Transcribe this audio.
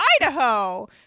Idaho